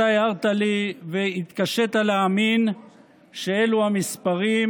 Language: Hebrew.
אתה הערת לי והתקשית להאמין שאלו המספרים,